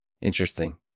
Interesting